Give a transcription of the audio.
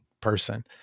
person